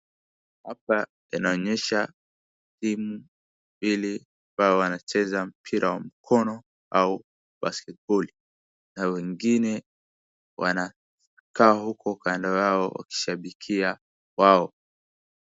Hapa inaonyesha timu mbili ambao wanacheza mpira wa mkono au basketiboli na wengine wanakaa huko kando yao wakishabikia wao.